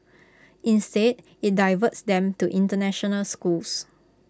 instead IT diverts them to International schools